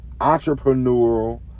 entrepreneurial